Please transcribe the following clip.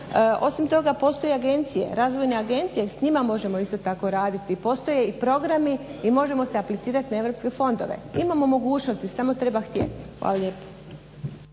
Osim toga postoje agencije, Razvojna agencija i s njima isto tako možemo raditi i postoje programi i možemo se aplicirati na europske fondove. Imamo mogućnosti samo treba htjeti. Hvala lijepo.